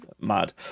mad